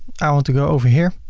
i want to go over here,